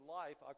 life